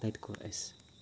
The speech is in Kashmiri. تَتہِ کوٚر اَسہِ